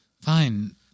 Fine